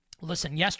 Listen